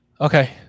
Okay